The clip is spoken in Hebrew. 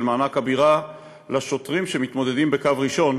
"מענק הבירה" לשוטרים שמתמודדים בקו ראשון